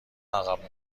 عقب